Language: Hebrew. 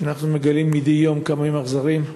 אנחנו מגלים מדי יום כמה הם אכזריים.